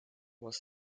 was